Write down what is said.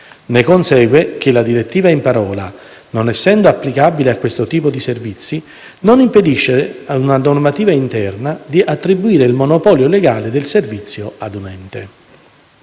ne consegue che la direttiva in parola, non essendo applicabile a questo tipo di servizi, non impedisce a una normativa interna di attribuire il monopolio legale del servizio a un ente.